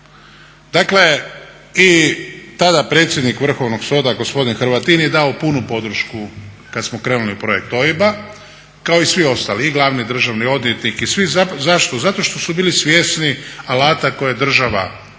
Dakle i tada predsjednik Vrhovnog suda gospodin Hrvatin je dao punu podršku kad smo krenuli u projekt OIB-a kao i svi ostali i glavni državni odvjetnik i svi. Zašto? Zato što su bili svjesni alata koje je država